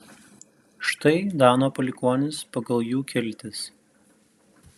štai dano palikuonys pagal jų kiltis